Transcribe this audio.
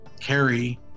carry